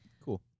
Cool